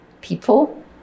people